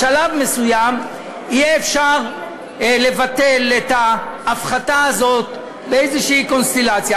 בשלב מסוים יהיה אפשר לבטל את ההפחתה הזאת באיזו קונסטלציה.